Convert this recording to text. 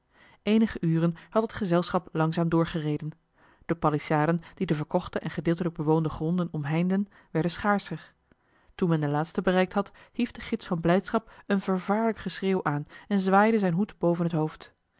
eenige uren had het gezelschap langzaam doorgereden de palissaden die de verkochte en gedeeltelijk bewoonde gronden omheinden werden schaarscher toen men de laatste bereikt had hief de gids van blijdschap een vervaarlijk geschreeuw aan en zwaaide zijn hoed boven het hoofd